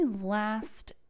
last